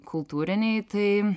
kultūriniai tai